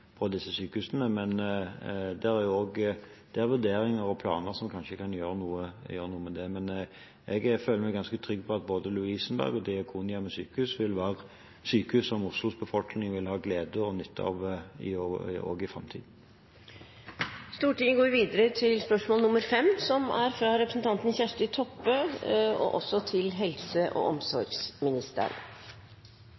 på disse sykehusene, men det er vurderinger og planer som kanskje kan gjøre noe med det. Jeg føler meg ganske trygg på at både Lovisenberg og Diakonhjemmet sykehus vil være sykehus som Oslos befolkning vil ha glede og nytte av også i framtiden. «Helseministeren har instruert sykehusledere i Norge om at de verken skal skjønnmale eller bortforklare problemer med varsling. Direktør i Helse